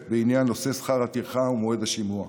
בעניין נושא שכר הטרחה ומועד השימוע.